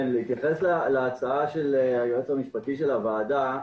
להצעת היועץ המשפטי לוועדה.